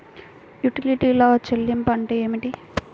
యుటిలిటీల చెల్లింపు అంటే ఏమిటి?